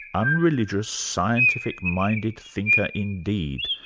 unreligious, scientific-minded thinker indeed,